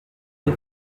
des